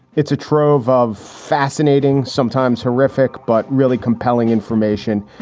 it's a trove of fascinating, sometimes horrific, but really compelling information.